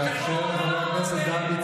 תאפשרו לחבר הכנסת דוידסון, תתרגם